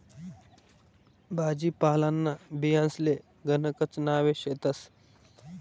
भाजीपालांना बियांसले गणकच नावे शेतस